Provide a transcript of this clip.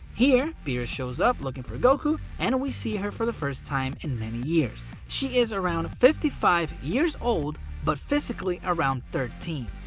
here beerus shows up looking for goku and we see her for the first time in many years. she is around fifty five years old, but physically around thirteen.